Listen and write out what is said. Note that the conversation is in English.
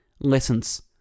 Lessons